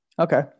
okay